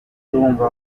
wumva